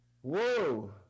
Whoa